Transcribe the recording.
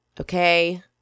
okay